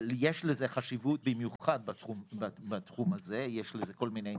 יש לזה חשיבות במיוחד בתחום הזה, יש לזה כל מיני